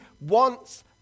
wants